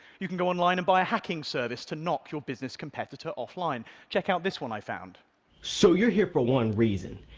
you can go online and buy a hacking service to knock your business competitor offline. check out this one i found. man so you're here for one reason,